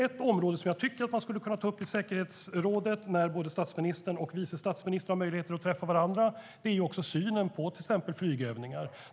Ett område som jag tycker att man kan ta upp i det säkerhetspolitiska rådet när både statsministern och vice statsministern har möjlighet att träffa varandra är synen på till exempel flygövningar.